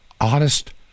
honest